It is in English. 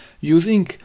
using